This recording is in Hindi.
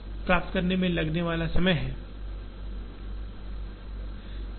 इसलिए ये दो पहलू महत्वपूर्ण हैं और इन दोनों को कम करना होगा ताकि आपूर्ति श्रृंखला में समग्र लागत कम हो सके